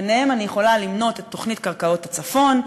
ביניהן אני יכולה למנות את תוכנית קרקעות הצפון,